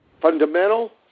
fundamental